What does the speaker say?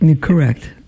Correct